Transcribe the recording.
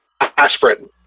aspirin